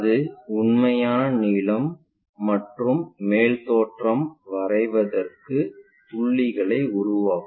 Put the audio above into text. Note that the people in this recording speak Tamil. அது உண்மையான நீளம் மற்றும் மேல் தோற்றம் வரைவதற்குப் புள்ளிகளை உருவாக்கும்